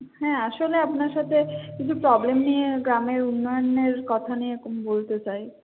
হ্যাঁ আসলে আপনার সাথে কিছু প্রবলেম নিয়ে গ্রামের উন্নয়নের কথা নিয়ে বলতে চাই